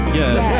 yes